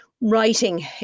writing